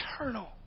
eternal